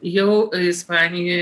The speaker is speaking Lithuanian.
jau ispanijoj